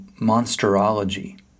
Monsterology